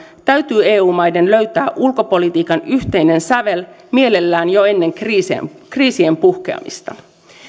täytyy eu maiden löytää ulkopolitiikan yhteinen sävel mielellään jo ennen kriisien puhkeamista